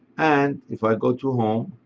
and if i go to home,